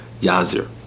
Yazir